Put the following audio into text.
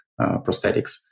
prosthetics